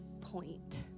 point